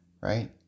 right